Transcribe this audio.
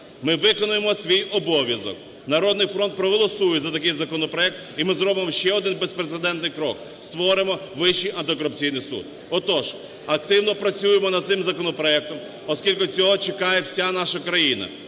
Ми виконаємо свій обов'язок, "Народний фронт" проголосує за такий законопроект, і ми зробимо ще один безпрецедентний крок – створимо Вищий антикорупційний суд. Отож активно працюємо над цим законопроектом, оскільки цього чекає вся наша країна.